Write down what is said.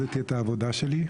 שאיבדתי את העבודה שלי.